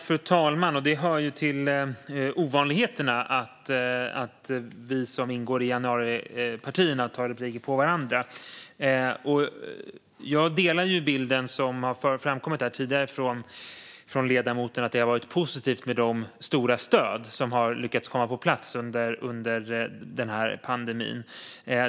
Fru talman! Det hör till ovanligheterna att vi som ingår i januaripartierna begär replik på varandra. Jag delar bilden som har framkommit tidigare från ledamoten att det har varit positivt med de stora stöd som har lyckats komma på plats under pandemin.